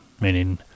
Meaning